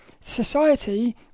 society